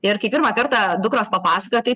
ir kai pirmą kartą dukros papasakojo tai